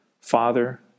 father